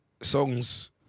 songs